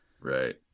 Right